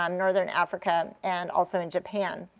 um northern africa, and also in japan.